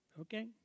Okay